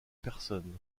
personne